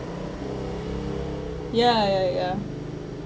ya ya ya